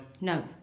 No